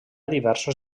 diversos